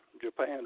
Japan